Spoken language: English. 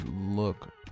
look